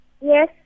Yes